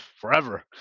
forever